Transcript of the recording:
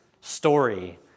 story